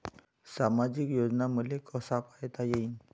सामाजिक योजना मले कसा पायता येईन?